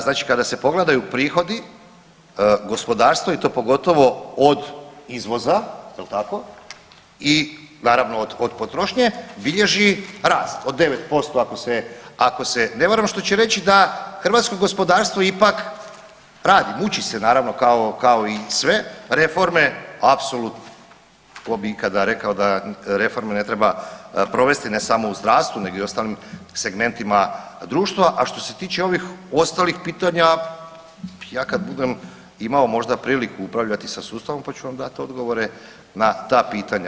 Znači, kada se pogledaju prihodi gospodarstva i to pogotovo od izvoza, jel tako i naravno od potrošnje, bilježi rast od 9% ako se, ako se ne varam, što će reći da hrvatsko gospodarstvo ipak radi, muči se naravno kao i sve reforme apsolutno ko bi ikada rekao da reforme ne treba provesti, ne samo u zdravstvu nego i ostalim segmentima društva, a što se tiče ovih ostalih pitanja, ja kad budem imao možda priliku upravljati sa sustavom pa ću vam dati odgovore na ta pitanja.